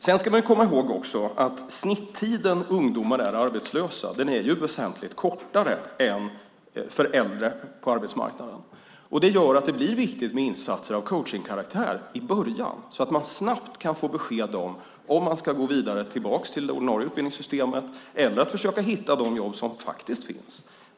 Man ska också komma ihåg att snittiden som ungdomar är arbetslösa är väsentligt kortare än för äldre på arbetsmarknaden. Detta gör att det blir viktigt med insatser av coachningskaraktär i början så att man snabbt kan få besked om man ska gå tillbaka till det ordinarie utbildningssystemet eller försöka hitta de jobb som faktiskt finns.